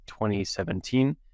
2017